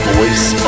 Voice